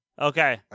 Okay